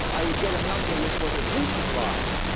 i would get a number which was at least as large.